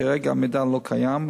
כרגע המידע לא קיים,